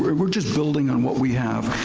we're just building on what we have.